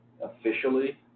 officially